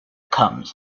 comes